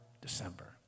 December